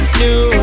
new